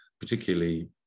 particularly